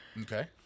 Okay